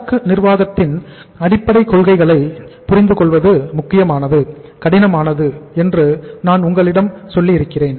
சரக்கு நிர்வாகத்தின் அடிப்படை கொள்கைகளை புரிந்து கொள்வது முக்கியமானது கடினமானது என்று நான் உங்களிடம் சொல்லி இருக்கிறேன்